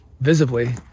visibly